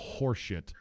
horseshit